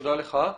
תודה לך.